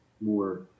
more